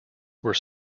were